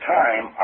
time